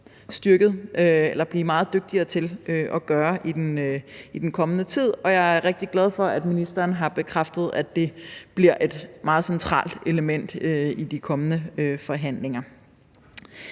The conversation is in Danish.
gerne skal blive meget dygtigere til at gøre i den kommende tid. Jeg er rigtig glad for, at ministeren har bekræftet, at det bliver et meget centralt element i de kommende forhandlinger.